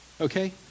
okay